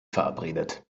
verabredet